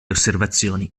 osservazioni